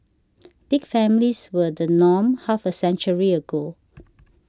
big families were the norm half a century ago